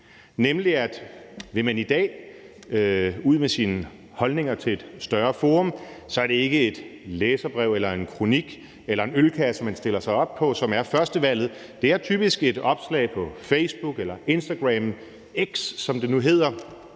nemlig at vil man i dag ud med sine holdninger til et større forum, er det ikke et læserbrev eller en kronik eller en ølkasse, man stiller sig op på, som er førstevalget; det er typisk et opslag på Facebook eller Instagram eller X, som det nu hedder,